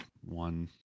one